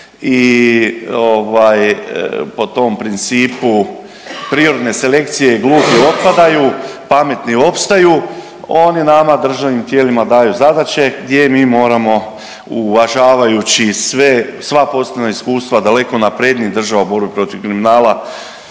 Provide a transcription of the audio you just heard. i po tom principu prirodne selekcije glupi otpadaju, pametni opstaju oni nama državnim tijelima daju zadaće gdje mi moramo uvažavajući sva poslovna iskustva daleko naprednijih država u borbi protiv kriminala